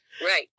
Right